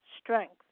strength